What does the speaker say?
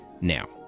now